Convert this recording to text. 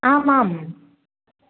आम् आम्